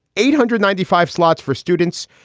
eight hundred ninety five slots for students.